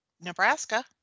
Nebraska